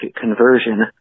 conversion